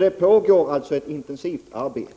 Det pågår således ett intensivt arbete.